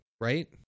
right